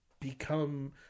become